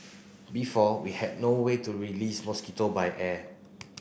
before we had no way to release mosquito by air